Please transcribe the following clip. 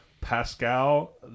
Pascal